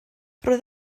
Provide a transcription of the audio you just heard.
roedd